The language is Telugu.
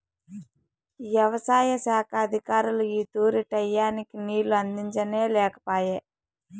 యవసాయ శాఖ అధికారులు ఈ తూరి టైయ్యానికి నీళ్ళు అందించనే లేకపాయె